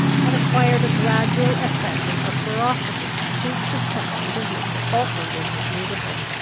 had acquired a gradual accession of ferocity since the settlement of mr. falkland in his neighbourhood.